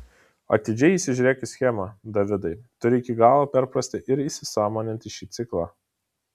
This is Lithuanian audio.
atidžiai įsižiūrėk į schemą davidai turi iki galo perprasti ir įsisąmoninti šį ciklą